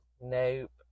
Nope